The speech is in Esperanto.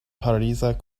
pariza